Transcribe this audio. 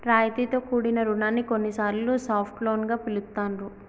రాయితీతో కూడిన రుణాన్ని కొన్నిసార్లు సాఫ్ట్ లోన్ గా పిలుత్తాండ్రు